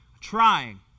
trying